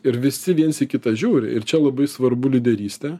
ir visi viens į kitą žiūri ir čia labai svarbu lyderystė